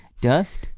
Dust